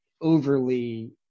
overly